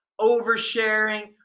oversharing